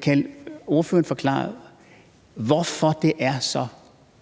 Kan ordføreren forklare, hvorfor det er så